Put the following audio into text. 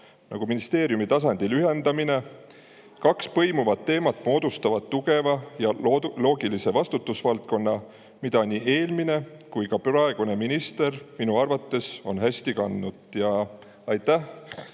ministeeriumi tasandil. Kaks põimuvat teemat moodustavad tugeva ja loogilise vastutusvaldkonna, mida nii eelmine kui ka praegune minister on minu arvates hästi [juhtinud]. Aitäh,